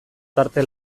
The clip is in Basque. tarte